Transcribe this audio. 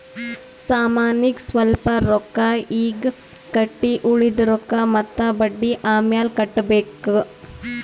ಸಾಮಾನಿಗ್ ಸ್ವಲ್ಪ್ ರೊಕ್ಕಾ ಈಗ್ ಕಟ್ಟಿ ಉಳ್ದಿದ್ ರೊಕ್ಕಾ ಮತ್ತ ಬಡ್ಡಿ ಅಮ್ಯಾಲ್ ಕಟ್ಟಬೇಕ್